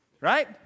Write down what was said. Right